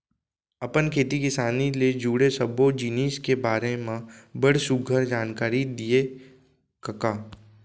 अपन खेती किसानी ले जुड़े सब्बो जिनिस के बारे म बड़ सुग्घर जानकारी दिए कका